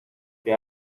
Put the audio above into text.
que